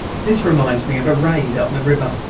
this reminds me of a raid up the river,